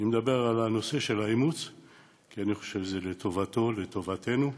אני מדבר על הנושא של האימוץ כי אני חושב שזה לטובתו ולטובתנו ההורים,